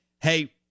Hey